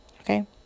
Okay